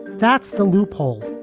that's the loophole